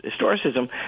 historicism